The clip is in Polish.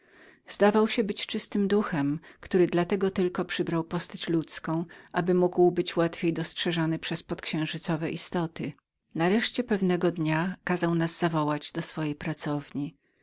zdawał się być czystym duchem który dla tego tylko przybrał ludzką postać aby mógł być łatwiej dostrzeżonym przez podksiężycowe istoty pewnego dnia nareszcie kazał nas zawołać do swojej pracowni